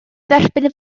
dderbyn